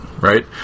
right